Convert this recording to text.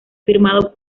firmado